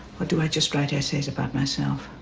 or do i just write essays about myself?